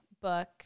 book